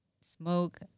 smoke